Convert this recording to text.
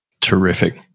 Terrific